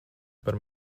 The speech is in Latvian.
par